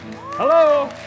Hello